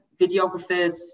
videographers